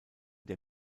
der